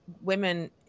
women